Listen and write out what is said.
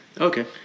okay